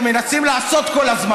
לא הודיעה כלום.